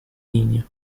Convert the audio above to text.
niño